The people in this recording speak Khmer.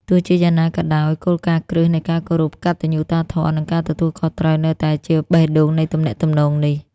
ទោះជាយ៉ាងណាក៏ដោយ គោលការណ៍គ្រឹះនៃការគោរព កតញ្ញុតាធម៌ និងការទទួលខុសត្រូវនៅតែជាបេះដូងនៃទំនាក់ទំនងនេះ។